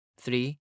Three